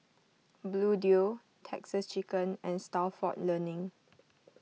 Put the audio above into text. Bluedio Texas Chicken and Stalford Learning